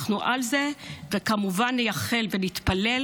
אנחנו על זה, וכמובן נייחל ונתפלל